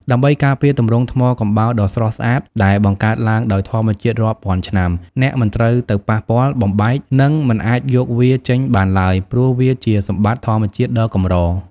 ដើម្បីការពារទម្រង់ថ្មកំបោរដ៏ស្រស់ស្អាតដែលបង្កើតឡើងដោយធម្មជាតិរាប់ពាន់ឆ្នាំ អ្នកមិនត្រូវទៅប៉ះពាល់ បំបែក និងមិនអាចយកវាចេញបានឡើយ ព្រោះវាជាសម្បត្តិធម្មជាតិដ៏កម្រ។